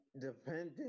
dependent